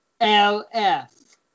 LF